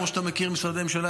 כמו שאתה מכיר משרדי ממשלה,